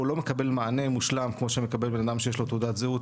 הוא לא מקבל מענה מושלם כמו שמקבל בן אדם שיש לו תעודת זהות,